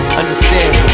understand